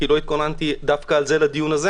כי לא התכוננתי על זה לדיון הזה